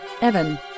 Evan